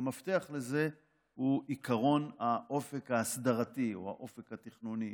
והמפתח לזה הוא עקרון האופק ההסדרתי או האופק התכנוני.